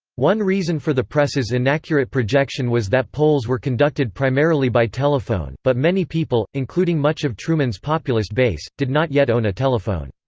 one reason for the press's inaccurate projection was that polls were conducted primarily by telephone, but many people, including much of truman's populist base, did not yet own a telephone.